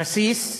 רסיס,